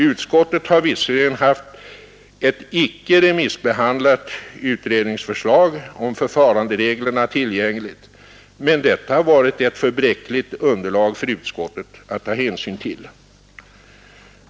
Utskottet har visserligen haft ett icke remissbehandlat utredningsförslag om förfarandereglerna tillgängligt, men detta har varit ett för bräckligt underlag för utskottet att ta hänsyn till.